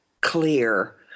clear